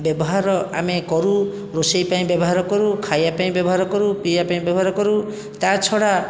ବ୍ୟବହାର ଆମେ କରୁ ରୋଷେଇ ପାଇଁ ବ୍ୟବହାର କରୁ ଖାଇବା ପାଇଁ ବ୍ୟବହାର କରୁ ପିଇବା ପାଇଁ ବ୍ୟବହାର କରୁ ତା'ଛଡ଼ା